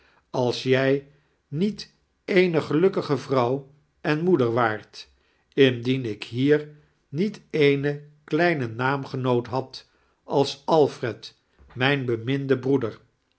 ale jij niet eene gelukkige vnouw en moeder waart indien ik hier niet eene heine naamgenoot had als alfred mijn beminde breeder